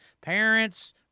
Parents